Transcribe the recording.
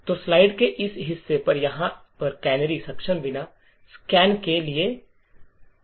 तो स्लाइड के इस हिस्से पर यहां पर कैनरी सक्षम बिना स्कैन के लिए असेंबली कोड दिखाता है